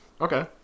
Okay